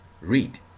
read